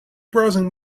browsing